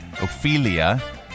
Ophelia